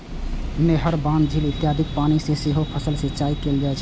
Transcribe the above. नहर, बांध, झील इत्यादिक पानि सं सेहो फसलक सिंचाइ कैल जाइ छै